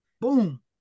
boom